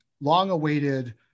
long-awaited